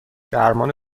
درمان